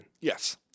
Yes